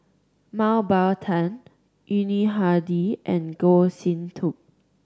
Mah Bow Tan Yuni Hadi and Goh Sin Tub